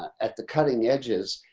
at the cutting edges,